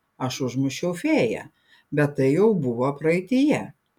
aš užmušiau fėją bet tai jau buvo praeityje